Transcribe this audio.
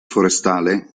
forestale